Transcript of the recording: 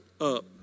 Up